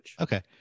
Okay